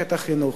במערכת החינוך,